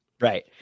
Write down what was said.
Right